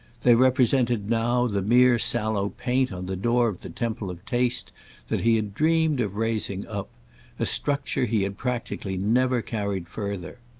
they represented now the mere sallow paint on the door of the temple of taste that he had dreamed of raising up a structure he had practically never carried further.